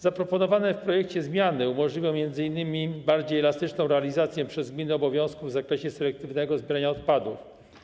Zaproponowane w projekcie zmiany umożliwią m.in. bardziej elastyczną realizację przez gminę obowiązków w zakresie selektywnego zbierania odpadów.